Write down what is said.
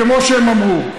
כמו שהם אמרו,